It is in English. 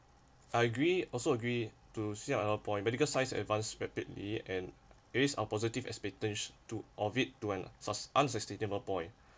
I agree also agree to see another point point medical science advanced rapidly and it is our positive expectation to of it to an unsustainable point